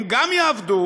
הם גם יעבדו,